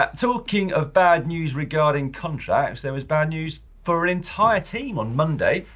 ah talking of bad news regarding contracts, there was bad news for an entire team on monday.